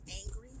angry